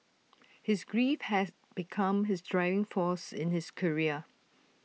his grief has become his driving force in his career